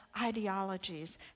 ideologies